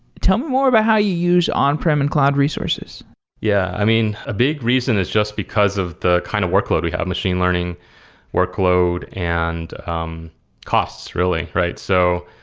tell more about how you use on-prem and cloud resources yeah. i mean, a big reason is just because of the kind of workload we have, machine learning workload and um costs, really, right? so